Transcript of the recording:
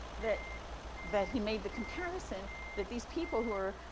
that that he made the comparison that these people who are,